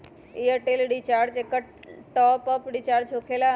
Airtel recharge एकर top off recharge होकेला?